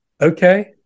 Okay